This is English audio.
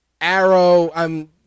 Arrow